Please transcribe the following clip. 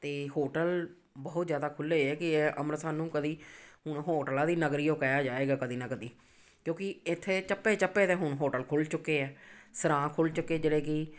ਅਤੇ ਹੋਟਲ ਬਹੁਤ ਜ਼ਿਆਦਾ ਖੁੱਲ੍ਹੇ ਹੈਗੇ ਆ ਅੰਮ੍ਰਿਤਸਰ ਨੂੰ ਕਦੇ ਹੁਣ ਹੋਟਲਾਂ ਦੀ ਨਗਰੀ ਉਹ ਕਿਹਾ ਜਾਏਗਾ ਕਦੇ ਨਾ ਕਦੇ ਕਿਉਂਕਿ ਇੱਥੇ ਚੱਪੇ ਚੱਪੇ 'ਤੇ ਹੁਣ ਹੋਟਲ ਖੁੱਲ੍ਹ ਚੁੱਕੇ ਆ ਸਰਾਂ ਖੁੱਲ੍ਹ ਚੁੱਕੇ ਜਿਹੜੇ ਕਿ